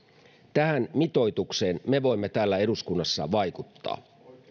tähän mitoitukseen me voimme täällä eduskunnassa vaikuttaa